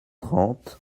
trente